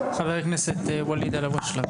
חבר הכנסת ואליד אלהואשלה.